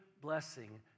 blessing